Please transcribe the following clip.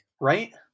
right